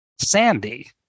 Sandy